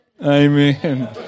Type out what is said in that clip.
amen